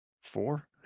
Four